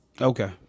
okay